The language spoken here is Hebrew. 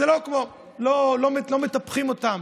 לא מטפחים אותן.